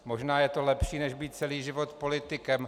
Možná je to lepší než být celý život politikem.